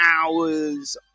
hours